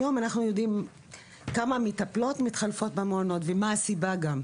היום אנחנו יודעים כמה מטפלות מתחלפות במעונות וגם מה הסיבה.